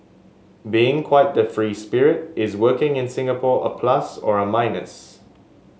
being quite the free spirit is working in Singapore a plus or a minus